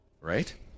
Right